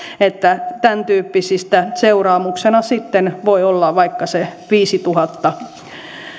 tämäntyyppisistä seuraamuksena sitten voi olla vaikka se viisituhatta